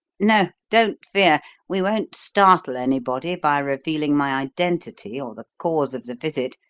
no! don't fear we won't startle anybody by revealing my identity or the cause of the visit.